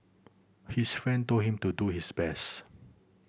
his friend told him to do his best